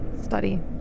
study